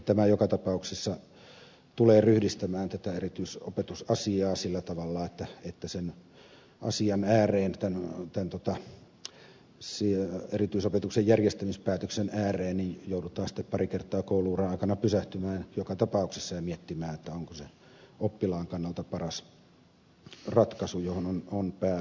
tämä joka tapauksessa tulee ryhdistämään tätä erityisopetusasiaa sillä tavalla että sen asian ääreen erityisopetuksen järjestämispäätöksen ääreen joudutaan sitten pari kertaa koulu uran aikana pysähtymään joka tapauksessa ja miettimään onko se oppilaan kannalta paras ratkaisu johon on päädytty